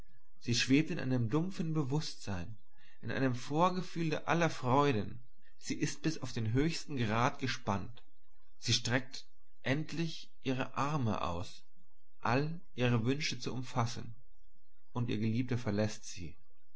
sie schwebt in einem dumpfen bewußtsein in einem vorgefühl aller freuden sie ist bis auf den höchsten grad gespannt sie streckt endlich ihre arme aus all ihre wünsche zu umfassen und ihr geliebter verläßt sie